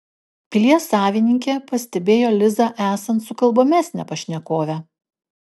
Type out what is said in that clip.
pilies savininkė pastebėjo lizą esant sukalbamesnę pašnekovę